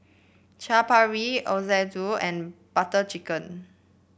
Chaat Papri Ochazuke and Butter Chicken